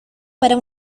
para